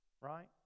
right